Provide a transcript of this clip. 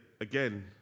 again